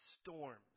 storms